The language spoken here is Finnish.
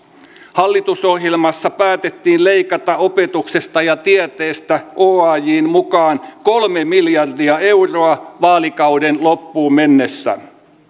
hallitusohjelmassa päätettiin leikata opetuksesta ja tieteestä oajn mukaan kolme miljardia euroa vaalikauden loppuun mennessä